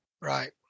Right